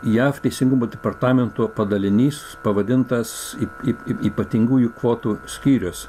jav teisingumo departamento padalinys pavadintas kaip ypatingųjų kvotų skyrius